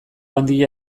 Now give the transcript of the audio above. handia